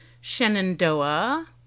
Shenandoah